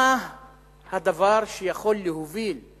מה הדבר שיכול להוביל את